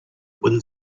wind